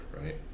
right